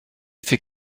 fait